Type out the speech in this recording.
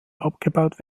abgebaut